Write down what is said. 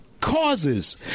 causes